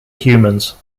humans